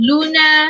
Luna